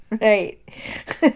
Right